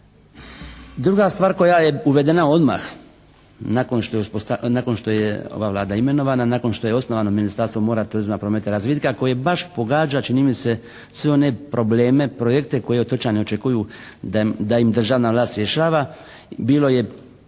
Druga stvar koja je uvedena odmah nakon što je ova Vlada imenovana, nakon što je osnovano Ministarstvo mora, turizma, prometa i razvitka koje baš pogađa čini mi se sve one probleme, projekte koje otočani očekuju da im državna vlast rješava bilo je